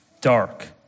dark